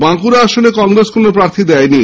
বাঁকুড়া আসনে কংগ্রেস কোন প্রার্থী দেয়নি